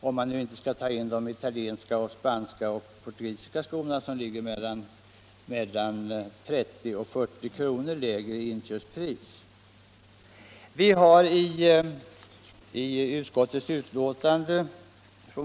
Om man nu inte skall ta in italienska, spanska och portugisiska skor, som ligger mellan 30 och 40 kr. lägre i inköpspris.